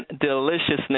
deliciousness